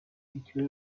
située